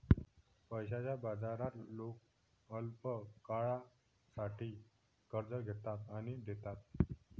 पैशाच्या बाजारात लोक अल्पकाळासाठी कर्ज घेतात आणि देतात